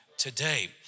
Today